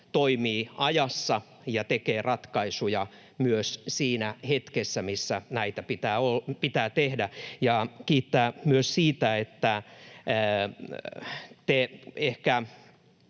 toimii ajassa ja tekee ratkaisuja myös siinä hetkessä, missä näitä pitää tehdä, ja kiitän myös siitä, että te ehkä